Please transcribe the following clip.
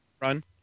run